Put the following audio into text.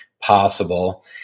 possible